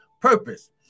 purpose